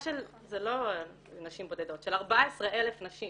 של וזה לא נשים בודדות של 14,000 נשים